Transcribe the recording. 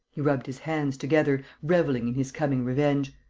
he rubbed his hands together, revelling in his coming revenge.